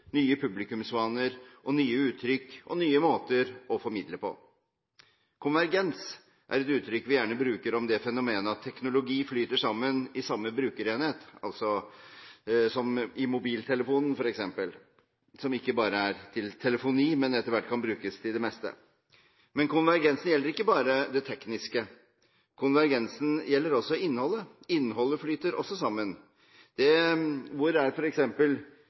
nye publikumsvaner, nye uttrykk og nye måter å formidle på. «Konvergens» er et uttrykk vi gjerne bruker om det fenomenet at teknologi flyter sammen i samme brukerenhet, som f.eks. i mobiltelefonen – som ikke bare er til telefoni, men som etter hvert kan brukes til det meste. Men konvergensen gjelder ikke bare det tekniske. Konvergensen gjelder også innholdet – innholdet flyter også sammen. Hvor er